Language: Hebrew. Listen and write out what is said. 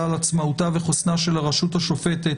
על עצמאותה וחוסנה של הרשות השופטת